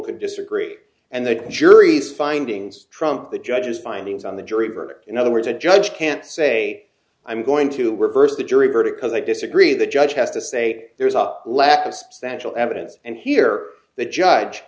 can disagree and the jury's findings trump the judge's findings on the jury verdict in other words a judge can't say i'm going to reverse the jury verdict because i disagree the judge has to say there is a lack of substantial evidence and here the judge